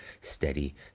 steady